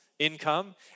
income